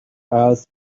asked